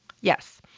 Yes